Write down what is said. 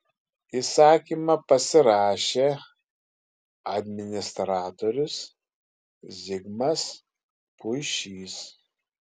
įsakymą pasirašė administratorius zigmas puišys